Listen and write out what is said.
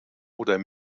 oder